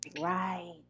right